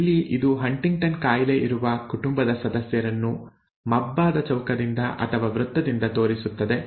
ಇಲ್ಲಿ ಇದು ಹಂಟಿಂಗ್ಟನ್ ಕಾಯಿಲೆ ಇರುವ ಕುಟುಂಬದ ಸದಸ್ಯರನ್ನು ಮಬ್ಬಾದ ಚೌಕದಿಂದ ಅಥವಾ ವೃತ್ತದಿಂದ ತೋರಿಸುತ್ತದೆ